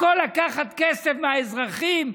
הכול לקחת כסף מהאזרחים,